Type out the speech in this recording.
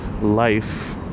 life